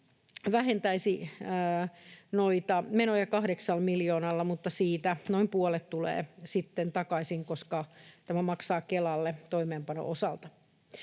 vähentäisi noita menoja kahdeksalla miljoonalla, mutta siitä noin puolet tulee sitten takaisin, koska tämä maksaa Kelalle toimeenpanon osalta.